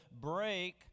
break